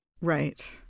Right